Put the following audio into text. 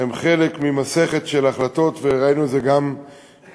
הן חלק ממסכת של החלטות, וראינו את זה גם בתקציב,